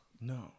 No